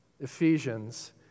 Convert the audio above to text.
Ephesians